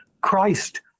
Christ